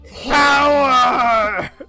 power